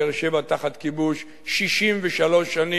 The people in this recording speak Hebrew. באר-שבע תחת כיבוש 63 שנים.